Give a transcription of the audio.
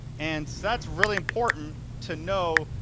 and so that's really important to know,